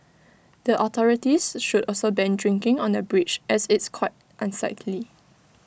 the authorities should also ban drinking on the bridge as it's quite unsightly